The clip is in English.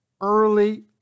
early